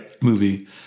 movie